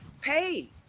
pay